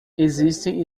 existem